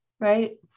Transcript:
right